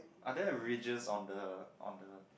are there a region on the on the